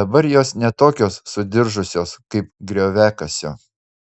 dabar jos ne tokios sudiržusios kaip grioviakasio